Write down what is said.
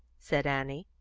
said annie.